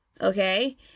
okay